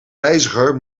reiziger